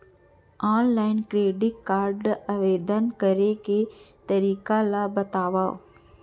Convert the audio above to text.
Online debit card आवेदन करे के तरीका ल बतावव?